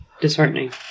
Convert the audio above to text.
disheartening